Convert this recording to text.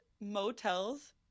motels